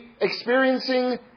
experiencing